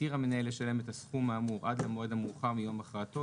התיר המנהל לשלם את הסכום האמור עד המועד המאוחר מיום הכרעתו,